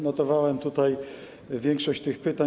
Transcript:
Notowałem tutaj większość pytań.